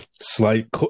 slight